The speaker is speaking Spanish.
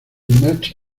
match